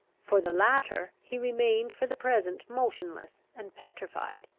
for the latter, he remained for the present motionless and petrified.